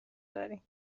داریم